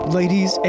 ladies